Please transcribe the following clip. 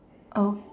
oh